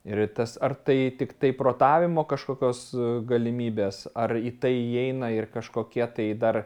ir tas ar tai tiktai protavimo kažkokios galimybės ar į tai įeina ir kažkokie tai dar